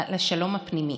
על השלום הפנימי,